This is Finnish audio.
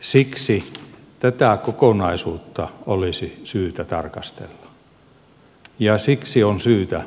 siksi tätä kokonaisuutta olisi syytä tarkastella ja siksi on syytä